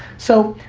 so,